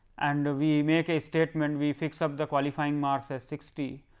and we make a statement, we fix up the qualifying marks ah sixty,